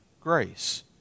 grace